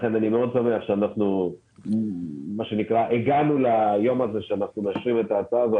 לכן אני מאוד שמח שהגענו ליום הזה שאנחנו מאשרים את ההצעה הזאת.